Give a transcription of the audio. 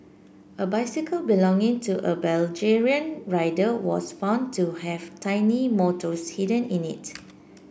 a bicycle belonging to a Belgian rider was found to have tiny motors hidden in it